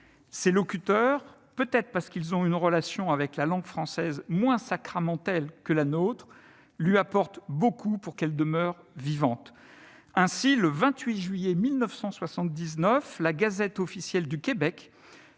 Ces locuteurs, peut-être parce qu'ils ont une relation avec la langue française moins sacramentelle que la nôtre, lui apportent beaucoup pour qu'elle demeure vivante. Ainsi, le 28 juillet 1979, la publiait une